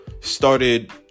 started